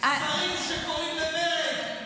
שרים שקוראים למרד.